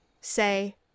say